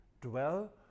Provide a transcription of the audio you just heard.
dwell